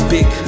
Big